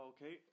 Okay